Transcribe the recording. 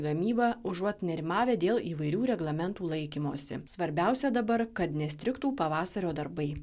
gamyba užuot nerimavę dėl įvairių reglamentų laikymosi svarbiausia dabar kad nestrigtų pavasario darbai